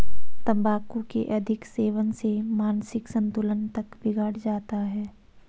तंबाकू के अधिक सेवन से मानसिक संतुलन तक बिगड़ जाता है